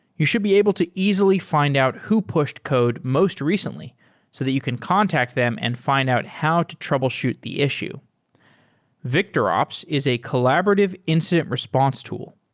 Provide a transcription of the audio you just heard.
you should be able to easily fi nd out who pushed code most recently so that you can contact them and fi nd out how to troubleshoot the issue victorops is a collaborative incident response tool.